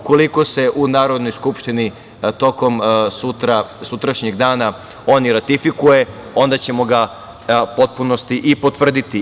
Ukoliko se u Narodnoj skupštini tokom sutrašnjeg dana on i ratifikuje, onda ćemo ga u potpunosti i potvrditi.